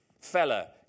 fella